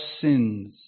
sins